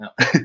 No